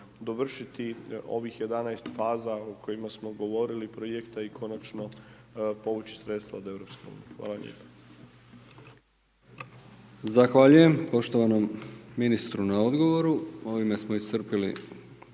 dovršiti ovih 11 faza o kojima smo govorili, projekta i konačno povući sredstva od EU. Hvala lijepa.